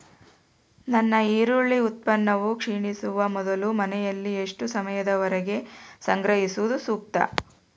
ನನ್ನ ಈರುಳ್ಳಿ ಉತ್ಪನ್ನವು ಕ್ಷೇಣಿಸುವ ಮೊದಲು ಮನೆಯಲ್ಲಿ ಎಷ್ಟು ಸಮಯದವರೆಗೆ ಸಂಗ್ರಹಿಸುವುದು ಸೂಕ್ತ?